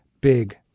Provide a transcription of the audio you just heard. big